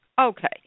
Okay